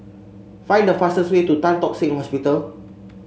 find the fastest way to Tan Tock Seng Hospital